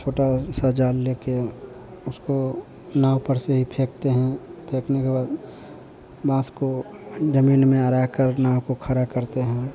छोटा सा जाल लेकर उसको नाव पर से ही फेंकते हैं फेंकने के बाद बाँस को ज़मीन में अरा कर नाव को खड़ा करते हैं